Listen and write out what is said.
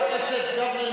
חבר הכנסת גפני,